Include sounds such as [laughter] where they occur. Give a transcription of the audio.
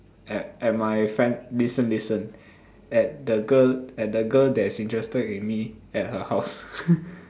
at at my friend listen listen at the girl at the girl that's interested in me at her house [laughs]